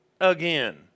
again